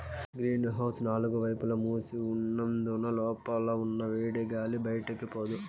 green house నాలుగు వైపులా మూసి ఉన్నందున లోపల ఉన్న వేడిగాలి బయటికి పోదు